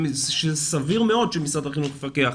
שסביר מאוד שמשרד החינוך מפקח,